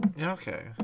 okay